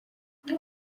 kuki